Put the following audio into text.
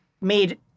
made